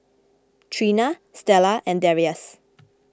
Trina Stella and Darrius